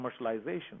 commercialization